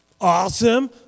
Awesome